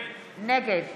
נגד